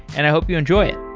and i hope you enjoy it